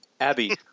Abby